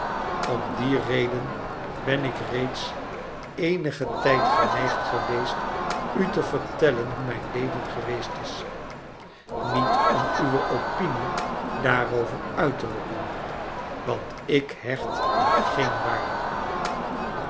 om die reden ben ik reeds eenigen tijd geneigd geweest u te vertellen hoe mijn leven geweest is niet om uwe opinie daarover uit te lokken want ik hecht daar geen waarde aan